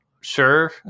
sure